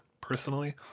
personally